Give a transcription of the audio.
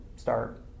start